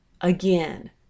Again